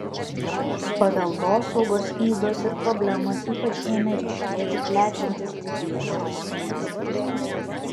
paveldosaugos ydos ir problemos ypač ėmė ryškėti plečiantis didiesiems miestams